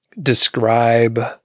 describe